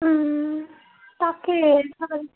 তাকে